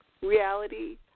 reality